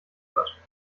hört